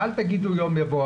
ואל תגידו יום יבוא,